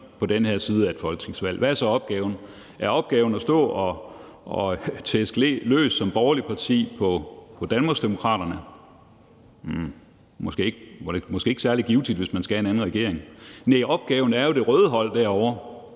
på den her side af et folketingsvalg. Hvad er så opgaven? Er opgaven som borgerligt parti at stå og tæske løs på Danmarksdemokraterne? Hm, det er måske ikke særlig givtigt, hvis man skal have en anden regering. Næh, opgaven er jo det røde hold. Hr.